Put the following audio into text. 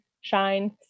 shine